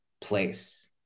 place